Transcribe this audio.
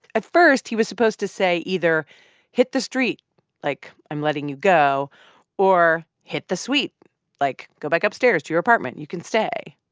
at first, he was supposed to say either hit the street like, i'm letting you go or hit the suite like, go back upstairs to your apartment. you can stay.